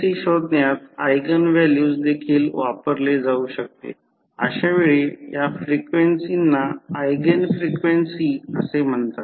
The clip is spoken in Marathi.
तर सामान्यत व्होल्टेज किंवा वारंवारतेचे प्रमाण नगण्य असते